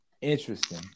Interesting